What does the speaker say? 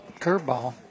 curveball